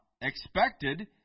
expected